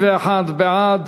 31 בעד,